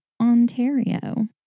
Ontario